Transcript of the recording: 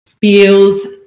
feels